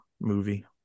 movie